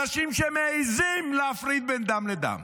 אנשים שמעיזים להפריד בין דם לדם,